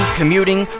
commuting